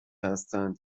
هستند